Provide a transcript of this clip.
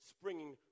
springing